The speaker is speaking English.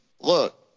Look